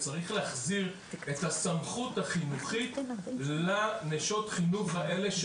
וצריך להחזיר את הסמכות החינוכית לנשות החינוך האלה,